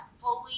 fully